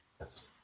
Yes